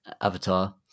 avatar